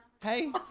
Hey